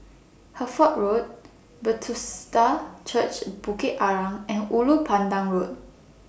Hertford Road Bethesda Church Bukit Arang and Ulu Pandan Road